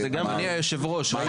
מר